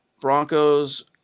Broncos